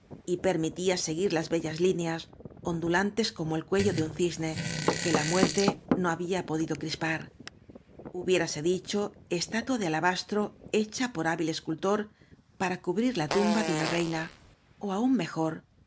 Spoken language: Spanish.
y permitía seguir las bellas líneas ondulantes como el cuello de un cisne que la muerte no había podido crispar huhiérase dicho estatua de alabastro hecha por hábil escultor para cubrir la tumba de una rei na ó aún m ejor uoa